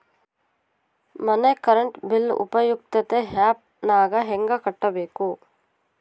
ಮನೆ current bill ಉಪಯುಕ್ತತೆ app ನಾಗ ಹೆಂಗ ಕಟ್ಟಬೇಕು?